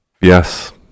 yes